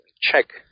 check